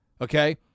Okay